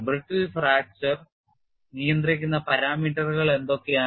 Brittle fracture നിയന്ത്രിക്കുന്ന പാരാമീറ്ററുകൾ എന്തൊക്കെയാണ്